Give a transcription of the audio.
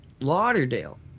Lauderdale